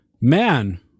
Man